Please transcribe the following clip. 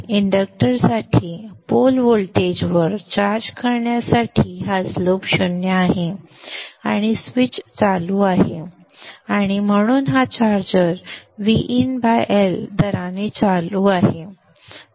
इंडक्टरसाठी pole व्होल्टेजवर charge करण्यासाठी हा स्लोप 0 आहे आणि स्विच चालू आहे आणि म्हणून हा चार्जर VinL दराने चालू आहे